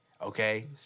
okay